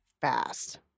fast